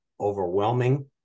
overwhelming